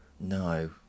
No